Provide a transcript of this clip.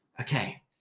okay